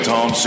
Tom